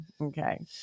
Okay